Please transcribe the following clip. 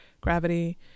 Gravity